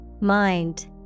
Mind